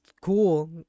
cool